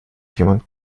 jemand